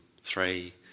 three